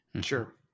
Sure